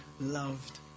loved